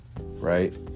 right